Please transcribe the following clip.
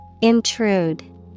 Intrude